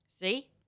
See